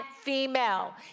female